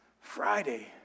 Friday